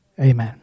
amen